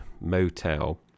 motel